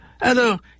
Alors